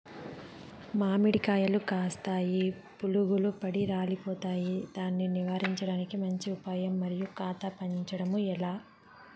మామిడి కాయలు కాస్తాయి పులుగులు పడి రాలిపోతాయి దాన్ని నివారించడానికి మంచి ఉపాయం మరియు కాత పెంచడము ఏలా?